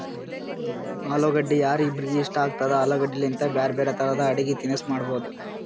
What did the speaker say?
ಅಲುಗಡ್ಡಿ ಯಾರಿಗ್ಬಿ ಇಷ್ಟ ಆಗ್ತದ, ಆಲೂಗಡ್ಡಿಲಿಂತ್ ಬ್ಯಾರೆ ಬ್ಯಾರೆ ತರದ್ ಅಡಗಿ ತಿನಸ್ ಮಾಡಬಹುದ್